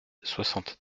soixante